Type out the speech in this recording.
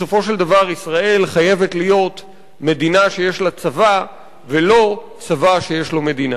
בסופו של דבר ישראל חייבת להיות מדינה שיש לה צבא ולא צבא שיש לו מדינה.